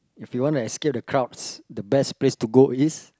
if you wanna escape the crowds the best place to go is